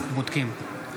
(קורא בשמות חברי הכנסת) בודקים.